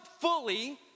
fully